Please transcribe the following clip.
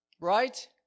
right